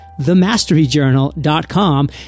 themasteryjournal.com